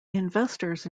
investors